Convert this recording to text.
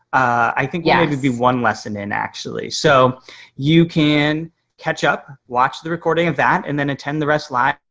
i think yeah it would be one lesson in actually, so you can catch up, watch the recording of that and then attend the rest live.